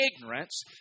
ignorance